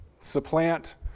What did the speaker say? supplant